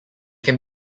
can